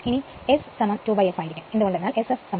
ഇനി S 2f ആയിരിക്കും എന്ത്കൊണ്ടെന്നാൽ Sf2